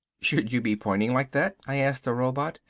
should you be pointing like that? i asked the robot.